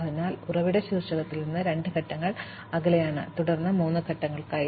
അതിനാൽ ഇവ ഉറവിട ശീർഷകത്തിൽ നിന്ന് രണ്ട് ഘട്ടങ്ങൾ അകലെയാണ് തുടർന്ന് മൂന്ന് ഘട്ടങ്ങൾക്കായി